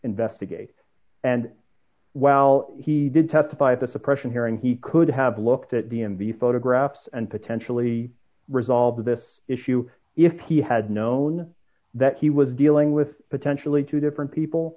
investigate and while he did testify the suppression hearing he could have looked at d m v photographs and potentially resolve this issue if he had known that he was dealing with potentially two different people